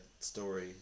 story